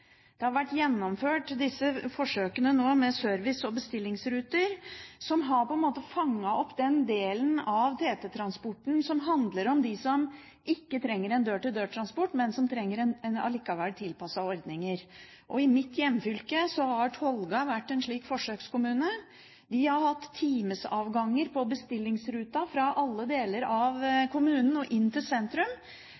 Forsøkene med service- og bestillingsruter har vært gjennomført, og det har på en måte fanget opp den delen av TT-transporten som handler om dem som ikke trenger en dør-til-dør-transport, men som likevel trenger tilpassede ordninger. I mitt hjemfylke har Tolga vært en slik forsøkskommune. De har hatt timeavganger på bestillingsrute fra alle deler av